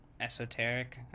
esoteric